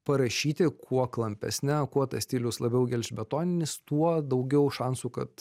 parašyti kuo klampesne kuo tas stilius labiau gelžbetoninis tuo daugiau šansų kad